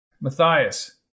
Matthias